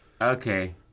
Okay